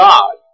God